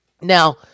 Now